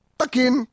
takin